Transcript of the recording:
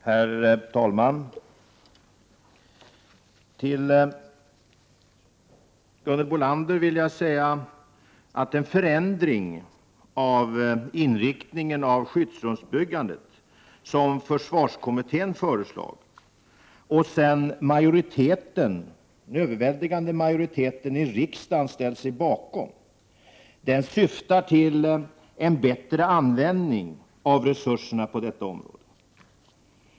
Herr talman! Till Gunhild Bolander vill jag säga: Den förändring av inriktningen av skyddsrumsbyggandet som försvarskommittén föreslog och en överväldigande majoritet i riksdagen sedan ställde sig bakom syftar till en bättre användning av resurserna på detta område.